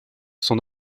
son